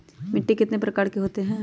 मिट्टी कितने प्रकार के होते हैं?